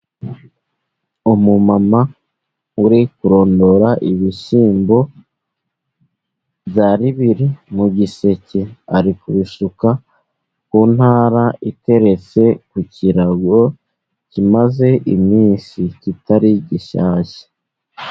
Umumama uri kurondora ibishyimbo byari biri mu giseke, ari kubisuka ku ntara iteretse ku kirago, kimaze iminsi kitari gishyashya.